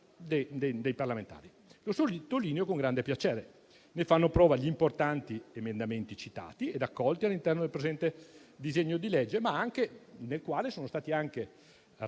(lo sottolineo con grande piacere): ne fanno prova gli importanti emendamenti citati e accolti all'interno del presente disegno di legge, nel quale sono anche stati